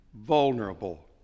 vulnerable